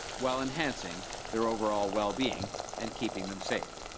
while enhancing their overall well-being and keeping them safe.